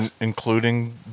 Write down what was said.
including